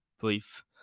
brief